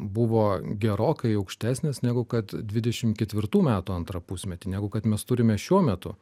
buvo gerokai aukštesnės negu kad dvidešim ketvirtų metų antrą pusmetį negu kad mes turime šiuo metu